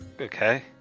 okay